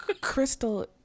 crystal